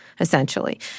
essentially